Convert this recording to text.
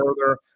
further